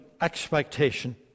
expectation